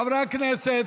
חברי כנסת,